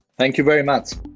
thank you very much